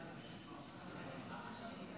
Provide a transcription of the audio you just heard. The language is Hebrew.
התשפ"ד 2024, התקבלה בקריאה שנייה